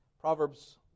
Proverbs